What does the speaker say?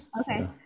Okay